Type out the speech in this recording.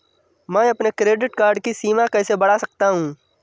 मैं अपने credit card की सीमा कैसे बढ़ा सकता हूँ?